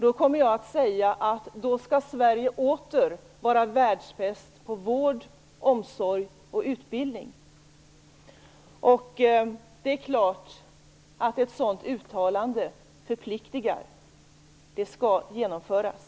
Då kommer jag att säga att Sverige åter skall vara världsbäst på vård, omsorg och utbildning. Ett sådant uttalande förpliktar naturligtvis. Det skall genomföras.